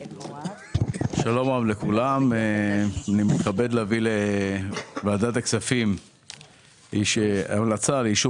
שלום רב לכולם, אני מתכבד להביא לוועדת הכספים המלצה לאישור